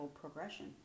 progression